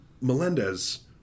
Melendez